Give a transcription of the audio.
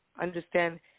understand